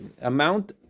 amount